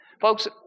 Folks